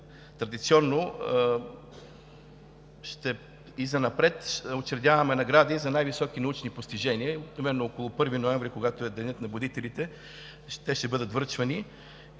традиционно, и занапред, ще учредяваме награди за най-високи научни постижения. Обикновено около 1 ноември, когато е Денят на будителите, те ще бъдат връчвани.